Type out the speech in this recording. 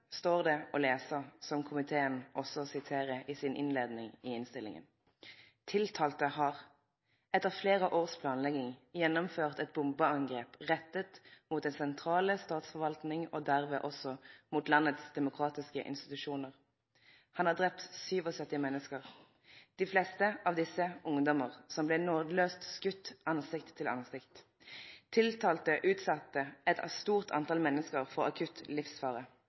står det å lese, som komiteen òg siterer i si innleiing i innstillinga: «Tiltalte har, etter flere års planlegging, gjennomført et bombeangrep rettet mot den sentrale statsforvaltning og derved også mot landets demokratiske institusjoner. Han har drept 77 mennesker, de fleste av disse ungdommer som ble nådeløst skutt ansikt til ansikt. Tiltalte utsatte et stort antall mennesker for akutt livsfare.